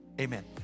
Amen